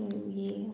आनी